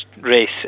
race